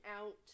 out